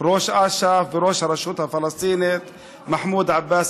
ראש אש"ף וראש הרשות הפלסטינית מחמוד עבאס,